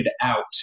out